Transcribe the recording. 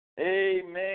Amen